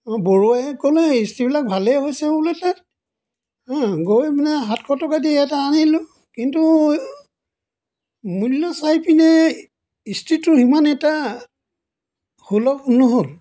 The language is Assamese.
অঁ বৰুৱাইহে ক'লে ইষ্ট্ৰিবিলাক ভালেই হৈছে বোলে তাত গৈ পিনে সাতশ টকা দি এটা আনিলোঁ কিন্তু মূল্য চাইপিনে ইষ্ট্ৰিটোৰ সিমান এটা সুলভ নহ'ল